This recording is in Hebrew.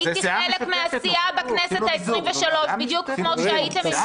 הייתי חלק מהסיעה בכנסת העשרים-ושלוש -- זאת סיעה